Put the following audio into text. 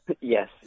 Yes